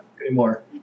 anymore